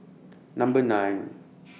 Number nine